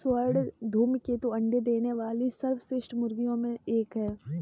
स्वर्ण धूमकेतु अंडे देने वाली सर्वश्रेष्ठ मुर्गियों में एक है